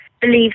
believe